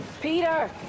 Peter